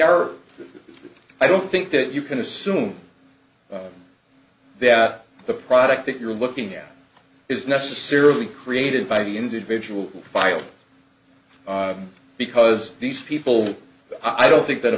are i don't think that you can assume that the product that you're looking at is necessarily created by the individual file because these people i don't think that a